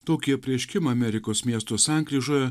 tokį apreiškimą amerikos miesto sankryžoje